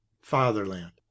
fatherland